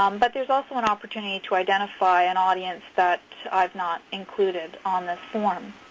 um but there is also an opportunity to identify an audience that i've not included on this form.